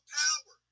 power